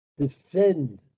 defend